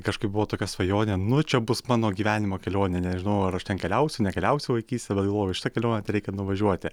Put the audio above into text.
kažkaip buvo tokia svajonė nu čia bus mano gyvenimo kelionė nežinau ar aš ten keliausiu nekeliausiu vaiksytėj bet galvojau į šitą kelionę reikia nuvažiuoti